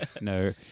No